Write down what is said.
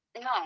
no